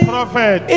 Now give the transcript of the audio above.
Prophet